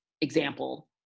example